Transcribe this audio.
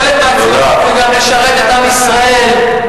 חלק מהציונות זה גם לשרת את עם ישראל,